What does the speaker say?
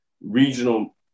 regional